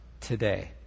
today